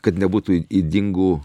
kad nebūtų ydingų